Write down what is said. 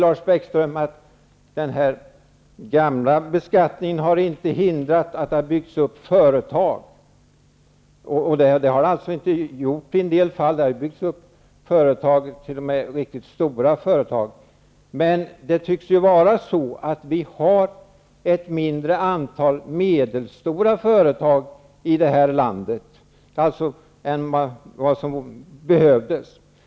Lars Bäckström sade att den gamla beskattningen inte har hindrat att företag har byggts upp. Och det har det alltså inte gjorts. I en del fall har t.o.m. riktigt stora företag byggts upp. Men det tycks vara på det sättet att vi har ett mindre antal medelstora företag i detta land än vad som behövs.